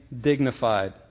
dignified